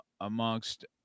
amongst